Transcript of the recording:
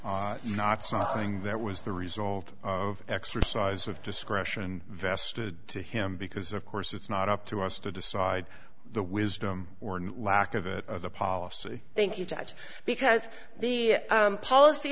have not something that was the result of exercise of discretion vested to him because of course it's not up to us to decide the wisdom or lack of it or the policy thank you judge because the policy